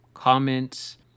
Comments